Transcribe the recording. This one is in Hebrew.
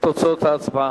תוצאות ההצבעה.